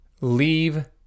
leave